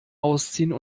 ausziehen